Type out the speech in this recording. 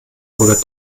oder